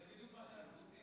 זה בדיוק מה שאנחנו עושים,